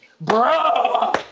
Bro